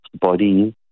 body